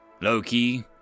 Loki